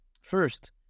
first